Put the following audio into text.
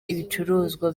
ibicuruzwa